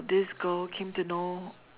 this girl came to know